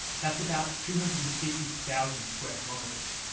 that's about two hundred and fifty thousand square kilometres.